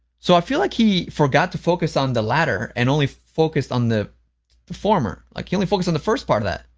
so i feel like he forgot to focus on the latter and only focus on the the former, like, he only focused on the first part of that.